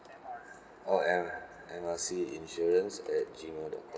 oh M M R C insurance at gmail dot com